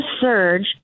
surge